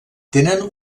tenen